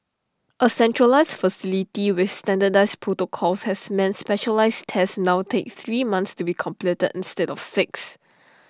A centralised facility with standardised protocols has meant specialised tests now take three months to be completed instead of six